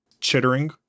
chittering